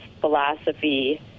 philosophy